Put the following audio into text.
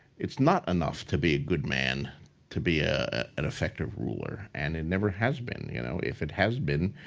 it's not enough to be a good man to be ah an effective ruler. and it never has been. you know if it has been,